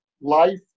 life